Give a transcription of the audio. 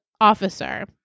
officer